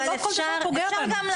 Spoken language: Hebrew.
שלא כל דבר פוגע בנו.